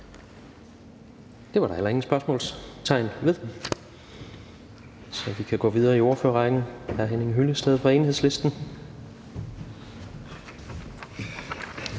Det var der heller ikke nogen spørgsmål til, så vi kan gå videre i ordførerrækken. Hr. Henning Hyllested fra Enhedslisten.